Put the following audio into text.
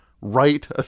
write